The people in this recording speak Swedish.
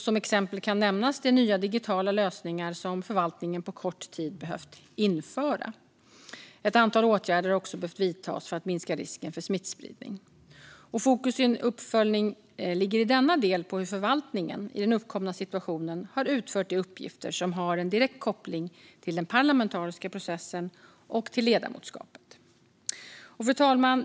Som exempel kan nämnas de nya digitala lösningar som förvaltningen på kort tid har behövt införa. Ett antal åtgärder har också behövt vidtas för att risken för smittspridning ska minska. Fokus vid en uppföljning ligger i denna del på hur förvaltningen i den uppkomna situationen har utfört de uppgifter som har en direkt koppling till den parlamentariska processen och till ledamotskapet. Fru talman!